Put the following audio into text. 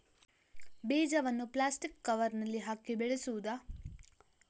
ಬೀಜವನ್ನು ಪ್ಲಾಸ್ಟಿಕ್ ಕವರಿನಲ್ಲಿ ಹಾಕಿ ಬೆಳೆಸುವುದಾ?